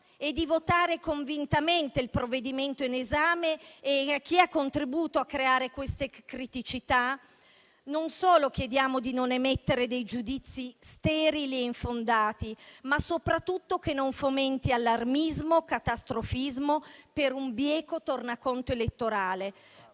è di votare convintamente il provvedimento in esame e, a chi ha contribuito a creare queste criticità, non solo chiediamo di non emettere dei giudizi sterili e infondati, ma soprattutto di non fomentare allarmismo e catastrofismo per un bieco tornaconto elettorale.